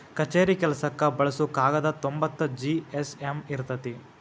ಕಛೇರಿ ಕೆಲಸಕ್ಕ ಬಳಸು ಕಾಗದಾ ತೊಂಬತ್ತ ಜಿ.ಎಸ್.ಎಮ್ ಇರತತಿ